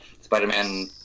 Spider-Man